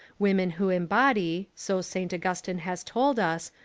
women who embody, so st. augustine has told us,